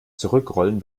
zurückrollen